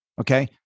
Okay